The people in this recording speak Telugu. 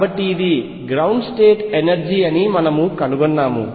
కాబట్టి ఇది గ్రౌండ్ స్టేట్ ఎనర్జీ అని మనము కనుగొన్నాము